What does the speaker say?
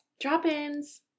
Drop-ins